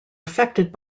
affected